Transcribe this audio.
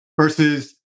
versus